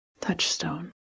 Touchstone